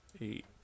eight